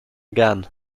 again